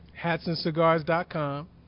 Hatsandcigars.com